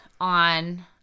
on